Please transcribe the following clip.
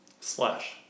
Slash